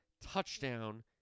Touchdown